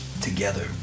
together